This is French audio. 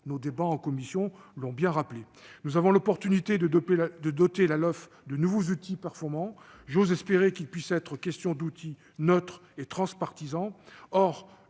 Nos débats en commission l'ont bien rappelé ! Nous avons l'occasion de doter la LOLF de nouveaux outils performants. J'ose espérer qu'il puisse être question d'outils neutres et transpartisans.